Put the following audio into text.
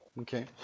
Okay